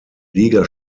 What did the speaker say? liga